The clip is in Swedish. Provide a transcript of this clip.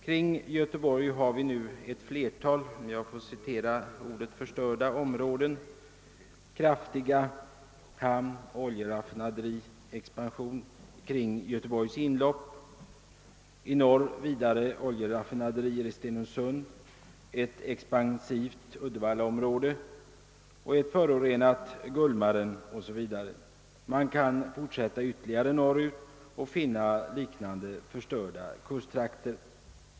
Kring Göteborg finns nu ett flertal »förstörda» områden, kraftig hamnoch oljeraffinaderiexpansion kring Göteborgs inlopp, vidare i norr oljeraffinaderi i Stenungsund, ett expansivt uddevallaområde, ett förorenat Gullmaren 0. s. v. Man kan fortsätta ytterligare norr ut och finna liknande förstörda kusttrakter.